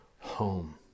home